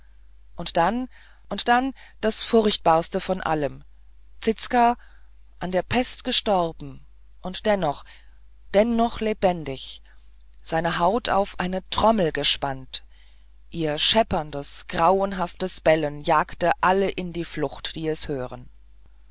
und dann und dann das furchtbarste von allem zizka an der pest gestorben und dennoch dennoch lebendig seine haut auf eine trommel gespannt ihr schepperndes grauenhaftes bellen jagt alle in die flucht die es hören